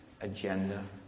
agenda